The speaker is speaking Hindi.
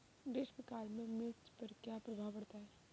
ग्रीष्म काल में मिर्च पर क्या प्रभाव पड़ता है?